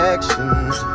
Actions